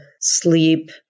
sleep